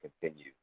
continue